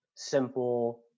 Simple